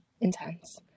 intense